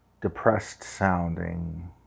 depressed-sounding